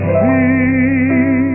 see